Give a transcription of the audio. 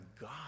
God